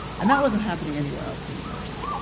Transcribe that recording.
and that wasn't happening anywhere else in the university.